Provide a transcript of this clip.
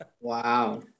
Wow